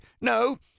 No